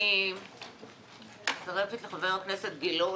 אני מצטרפת לחבר הכנסת גילאון.